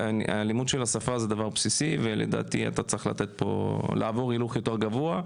הלימוד של השפה זה דבר בסיסי ולדעתי אתה צריך פה לעבור הילוך יותר גבוה,